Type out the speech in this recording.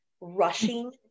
rushing